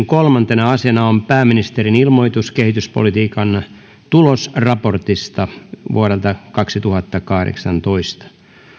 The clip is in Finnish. kolmantena asiana on pääministerin ilmoitus kehityspolitiikan tulosraportista kaksituhattakahdeksantoista